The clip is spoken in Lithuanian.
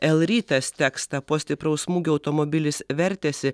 l rytas tekstą po stipraus smūgio automobilis vertėsi